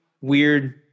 weird